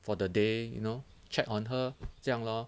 for the day you know check on her 这样 lor